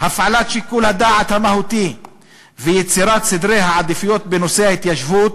הפעלת שיקול הדעת המהותי ויצירת סדרי העדיפויות בנושא ההתיישבות,